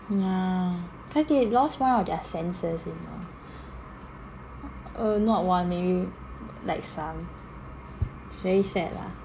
yeah cause they had lost one of their senses you know err not one maybe like some it's very sad lah